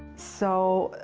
so,